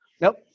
nope